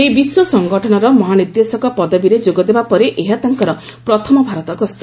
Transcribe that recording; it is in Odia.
ଏହି ବିଶ୍ୱ ସଙ୍ଗଠନର ମହାନିର୍ଦ୍ଦେଶକ ପଦବୀରେ ଯୋଗଦେବା ପରେ ଏହା ତାଙ୍କର ପ୍ରଥମ ଭାରତ ଗସ୍ତ